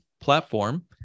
platform